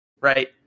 right